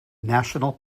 national